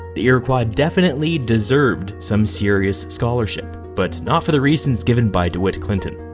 the iroquois definitely deserved some serious scholarship, but not for the reasons given by dewitt clinton.